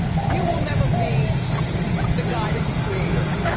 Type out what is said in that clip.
you will never be the guy that you created.